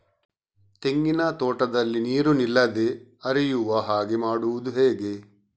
ತೆಂಗಿನ ತೋಟದಲ್ಲಿ ನೀರು ನಿಲ್ಲದೆ ಹರಿಯುವ ಹಾಗೆ ಮಾಡುವುದು ಹೇಗೆ?